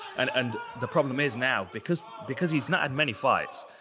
and and the problem is now, because because he's not had many fights,